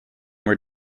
were